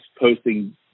posting